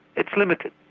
it's limited.